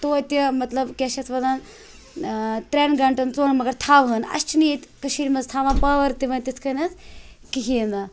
تویتہِ مطلب کیٛاہ چھِ اَتھ وَنان ترٛٮ۪ن گنٛٹَن ژوٚن مگر تھاوٕہَن اَسہِ چھِنہٕ ییٚتہِ کٔشیٖرِ منٛز تھاوان پاوَر تہِ وۄنۍ تِتھ کَنٮ۪تھ کِہیٖنۍ نہٕ